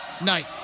Night